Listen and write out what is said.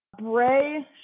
Bray